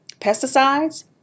pesticides